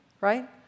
Right